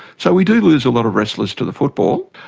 so we do lose a lot of wrestlers to the football.